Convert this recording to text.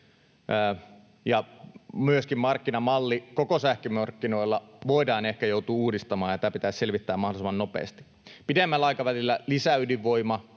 Myöskin markkinamalli koko sähkömarkkinoilla voidaan ehkä joutua uudistamaan, ja tämä pitäisi selvittää mahdollisimman nopeasti. Pidemmällä aikavälillä lisäydinvoima